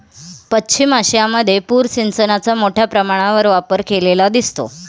पश्चिम आशियामध्ये पूर सिंचनाचा मोठ्या प्रमाणावर वापर केलेला दिसतो